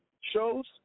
shows